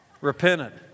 Repentant